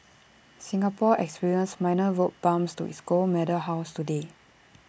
Singapore experienced minor road bumps to its gold medals hauls today